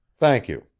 thank you.